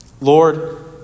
Lord